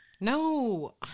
No